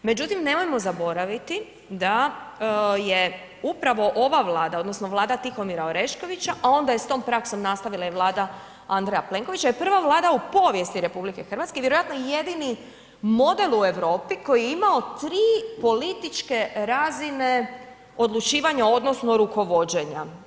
Međutim, nemojmo zaboraviti da je upravo ova Vlada odnosno vlada Tihomira Oreškovića, a onda je s tom praksom nastavila i Vlada Andreja Plenkovića je prva vlada u povijesti RH, vjerojatno i jedini model u Europi koji je imamo tri političke razine odlučivanja odnosno rukovođenja.